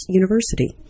University